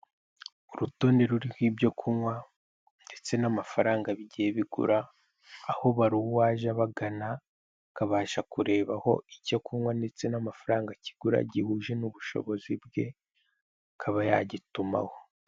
Urutonde ruriho ibyo kunywa, ndetse n'amafaranga bigiye bigura, aho baruha uwaje abagana, akabasha kurebaho icyo kunywa ndetse n'amafaranga kigura gihuje n'ubushobozi bwe akaba yagitumaho.